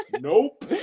Nope